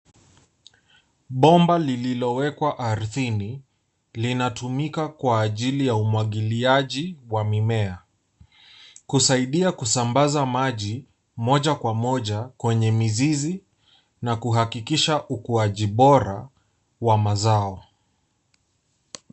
Pomba lililowekwa ardhini linatumika kwa ajili ya umwakiliaji wa mimea. Kusaidia kusambasa maji moja kwa moja kwenye mizizi na kuhakikisha ukuaji bora wa mazao.